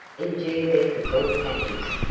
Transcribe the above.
in geometrical patterns,